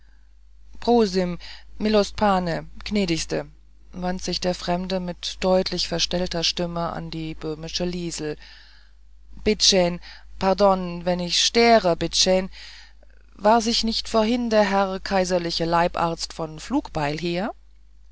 prosim milostpane gnädigste wandte sich der fremde mit deutlich verstellter stimme an die böhmische liesel bittschän pardon wann ich stäare bittschän war sich nicht vorhin der herr kaiserliche leibharz von flugbeil hier